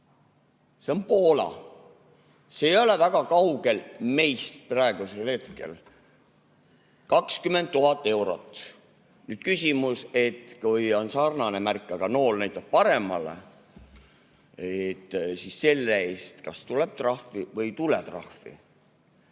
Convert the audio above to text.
See on Poola, see ei ole väga kaugel meist praegusel hetkel. 20 000 eurot! Nüüd küsimus: kui on sarnane märk, aga nool näitab paremale, siis kas selle eest tuleb trahv või ei tule trahvi?